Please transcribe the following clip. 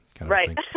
Right